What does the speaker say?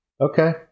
Okay